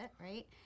right